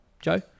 Joe